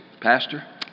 pastor